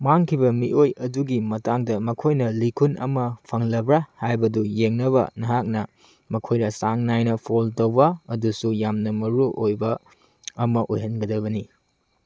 ꯃꯥꯡꯈꯤꯕ ꯃꯤꯑꯣꯏ ꯑꯗꯨꯒꯤ ꯃꯇꯥꯡꯗ ꯃꯈꯣꯏꯅ ꯂꯤꯈꯨꯟ ꯑꯃ ꯐꯪꯂꯕ꯭ꯔꯥ ꯍꯥꯏꯕꯗꯨ ꯌꯦꯡꯅꯕ ꯅꯍꯥꯛꯅ ꯃꯈꯣꯏꯗ ꯆꯥꯡ ꯅꯥꯏꯅ ꯐꯣꯜ ꯇꯧꯕ ꯑꯗꯨꯁꯨ ꯌꯥꯝꯅ ꯃꯔꯨ ꯑꯣꯏꯅ ꯑꯃ ꯑꯣꯏꯍꯟꯒꯗꯕꯅꯤ